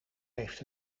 heeft